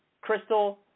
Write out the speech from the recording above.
Crystal